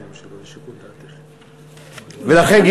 ולכן,